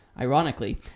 ironically